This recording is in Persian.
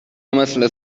مثل